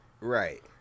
Right